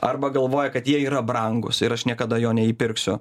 arba galvoja kad jie yra brangūs ir aš niekada jo neįpirksiu